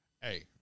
hey